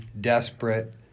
desperate